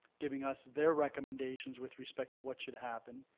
giving us their recommendations with respect to what should happen,